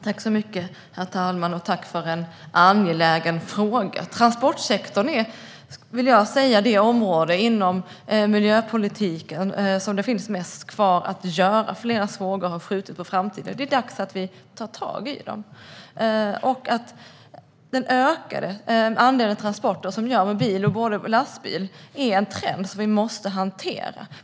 Herr talman! Tack, Emma Hult, för en angelägen fråga! Transportsektorn är, skulle jag vilja säga, det område inom miljöpolitiken där det finns mest kvar att göra. Flera frågor har skjutits på framtiden, och det är dags att vi tar tag i dem. Den ökade andelen transporter, också med lastbil, är en trend som vi måste hantera.